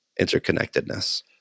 interconnectedness